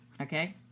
Okay